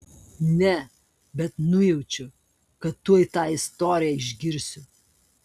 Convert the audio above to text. ne bet nujaučiu kad tuoj tą istoriją išgirsiu